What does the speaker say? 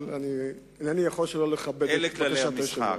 אבל אינני יכול שלא לכבד את בקשת היושב-ראש.